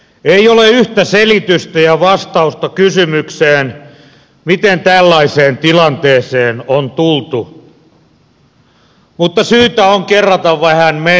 ei ole yhtä selitystä ja vastausta kysymykseen miten tällaiseen tilanteeseen on tultu mutta syytä on kerrata vähän menneitä